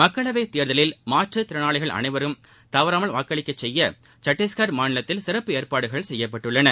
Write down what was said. மக்களவைத் தேர்தலில் மாற்று திறனாளிகள் அனைவரும் தவறாமல் வாக்களிக்கச் செய்ய சத்தீஸ்கள் மாநிலத்தில் சிறப்பு ஏற்பாடுகள் செய்ப்பட்டுள்ளன